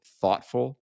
thoughtful